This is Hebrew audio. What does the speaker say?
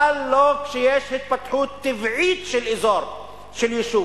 אבל לא כשיש התפתחות טבעית של אזור של יישוב,